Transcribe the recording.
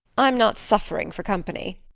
i'm not suffering for company,